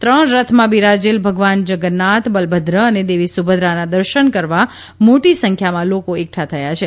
ત્રણ રથમાં બિરાજેલ ભગવાન જગન્નાથ બલભદ્ર અને દેવી સુભદ્રાના દર્શન કરવા મોટી સંખ્યામાં લોકો એકઠા થયા છે